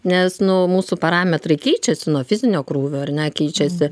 nes nu mūsų parametrai keičiasi nuo fizinio krūvio ar ne keičiasi